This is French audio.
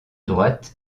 droite